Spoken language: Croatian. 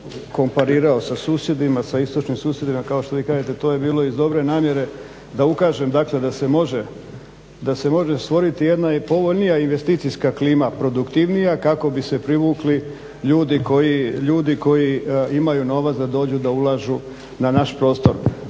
komparirao sa istočnim susjedima kao što vi kažete to je bilo iz dobre namjere da ukažem da se može stvoriti jedna povoljnija investicijska klima produktivnija kako bi se privukli ljudi koji imaju novac da ulažu na naš prostor.